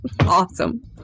awesome